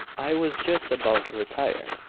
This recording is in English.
i was just about to retire.